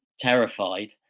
terrified